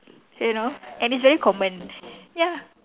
you know and it's very common ya